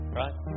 right